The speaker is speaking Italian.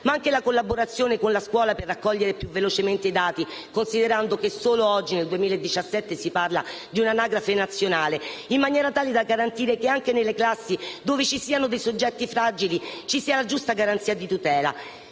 ma anche la collaborazione con la scuola per raccogliere più velocemente i dati, considerando che solo oggi, nel 2017, si parla di un'Anagrafe nazionale, in maniera tale da garantire che, anche nelle classi dove vi siano soggetti fragili, vi sia la giusta garanzia di tutela.